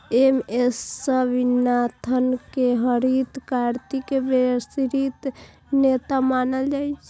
M S Swaminathan कें हरित क्रांतिक वैश्विक नेता मानल जाइ छै